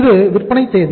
இது விற்பனை தேதி